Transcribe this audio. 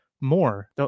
more